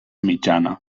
mitjana